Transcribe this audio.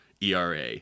ERA